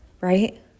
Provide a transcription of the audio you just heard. right